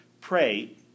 Pray